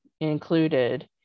included